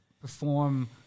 perform